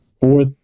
Fourth